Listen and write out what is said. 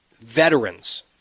veterans